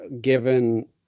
given